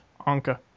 Anka